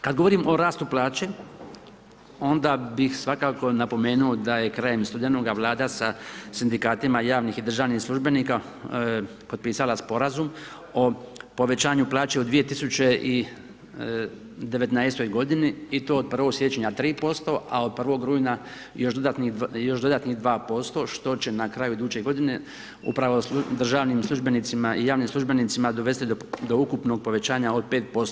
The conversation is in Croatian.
Kada govorim o rastu plaće, onda bih svakako napomenuo, da je krajem studenoga vlada sa sindikatima javnih i državnih službenika potpisala sporazum o povećanju plaće u 2019. g. i to od 1.1. 3%, a od 1. rujna još dodatnih 2%, što će na kraju iduće g. upravo državnim službenicima i javnim službenicima dovesti do ukupnog povećanja od 5%